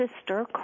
sister